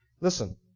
Listen